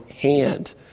hand